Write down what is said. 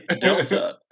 Delta